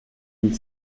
une